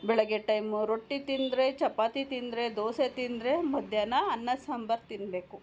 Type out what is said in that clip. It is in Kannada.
ಬೆಳಗ್ಗೆ ಟೈಮು ರೊಟ್ಟಿ ತಿಂದರೆ ಚಪಾತಿ ತಿಂದರೆ ದೋಸೆ ತಿಂದರೆ ಮಧ್ಯಾಹ್ನ ಅನ್ನ ಸಾಂಬಾರು ತಿನ್ನಬೇಕು